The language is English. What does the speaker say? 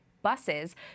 buses